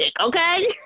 Okay